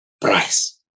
price